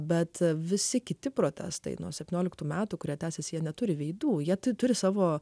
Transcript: bet visi kiti protestai nuo septynioliktų metų kurie tęsiasi jie neturi veidų jie turi savo